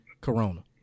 Corona